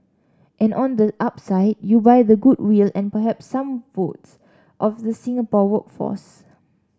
and on the upside you buy the goodwill and perhaps some votes of the Singapore workforce